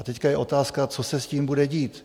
A teď je otázka, co se s tím bude dít?